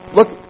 Look